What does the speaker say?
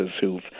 who've